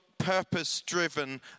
purpose-driven